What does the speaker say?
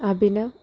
Abhinav